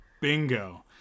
bingo